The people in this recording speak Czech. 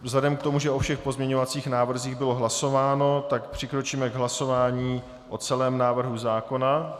Vzhledem k tomu, že o všech pozměňovacích návrzích bylo hlasováno, přikročíme k hlasování o celém návrhu zákona.